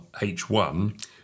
H1